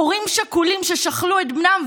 הורים שכולים ששכלו את בנם,